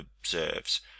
observes